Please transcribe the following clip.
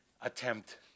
attempt